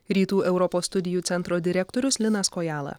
rytų europos studijų centro direktorius linas kojala